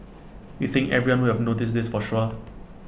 we think everyone would have noticed this for sure